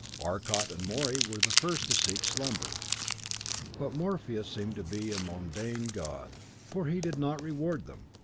arcot and morey were the first to seek slumber but morpheus seemed to be a mundane god, for he did not reward them.